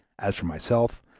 as for myself,